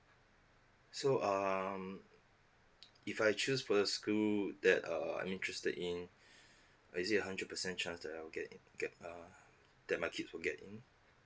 so um if I choose for the school that err I'm interested in is it hundred percent chance that I'll get in get err that my kids would get in